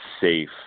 safe